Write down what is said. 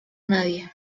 nadie